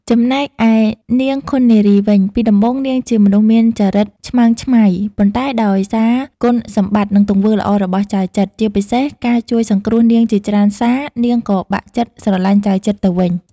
ចំណែកឯនាងឃុននារីវិញ ពីដំបូងនាងជាមនុស្សមានចរិតឆ្មើងឆ្មៃ ប៉ុន្តែដោយសារគុណសម្បត្តិ និងទង្វើល្អរបស់ចៅចិត្រ ជាពិសេសការជួយសង្គ្រោះនាងជាច្រើនសារនាងក៏បាក់ចិត្តស្រឡាញ់ចៅចិត្រទៅវិញ។